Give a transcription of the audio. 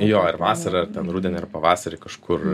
jo ir vasarą ten rudenį ar pavasarį kažkur